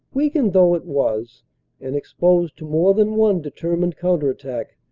weakened though it was and exposed to more than one determined counter-attack,